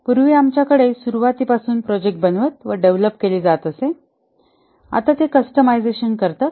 पूर्वी आमच्याकडे सुरवातीपासून प्रोजेक्ट बनवत व डेव्हलप केले जात असे आता ते कस्टमाइझशन करतात